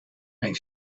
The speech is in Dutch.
mijn